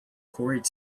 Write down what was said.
quarried